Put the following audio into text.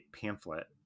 pamphlet